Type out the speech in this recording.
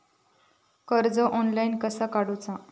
कर्ज ऑनलाइन कसा काडूचा?